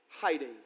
hiding